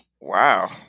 wow